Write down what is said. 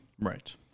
right